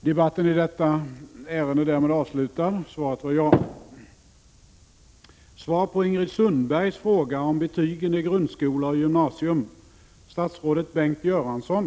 Enligt TT har statsrådet Göransson sagt i Norrköping att betyg inte behövs om elevernas kunskaper testas av lärarna varje dag. Jag vill därför ställa följande fråga: Är det statsrådets uppfattning att betygen helt bör avskaffas i grundskola och gymnasium?